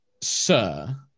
Sir